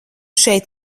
šeit